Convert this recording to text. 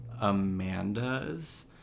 Amanda's